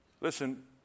Listen